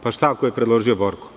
Pa šta ako je predložio Borko.